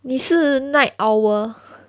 你是 night owl